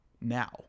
now